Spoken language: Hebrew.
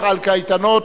חלוקת קשב בצורה מצוינת.